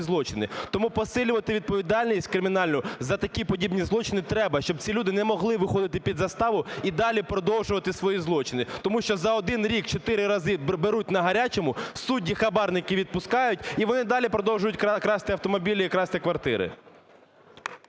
злочини. Тому посилювати відповідальність кримінальну за такі подібні злочини треба, щоб ці люди не могли виходити під заставу і далі продовжувати свої злочини. Тому що за один рік чотири рази беруть на гарячому, судді-хабарники відпускають і вони далі продовжують красти автомобілі і красти квартири.